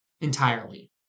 entirely